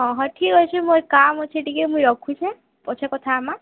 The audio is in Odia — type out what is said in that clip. ହଁ ହଁ ଠିକ୍ ଅଛେ ମୁଇଁ କାମ୍ ଅଛେ ଟିକେ ମୁଇଁ ରଖୁଛେଁ ପଛେ କଥା ହେମା